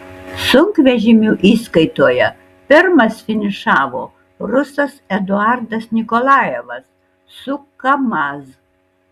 sunkvežimių įskaitoje pirmas finišavo rusas eduardas nikolajevas su kamaz